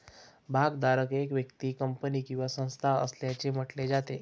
भागधारक एक व्यक्ती, कंपनी किंवा संस्था असल्याचे म्हटले जाते